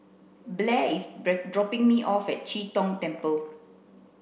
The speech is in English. Blair is dropping me off at Chee Tong Temple